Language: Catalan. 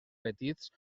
petits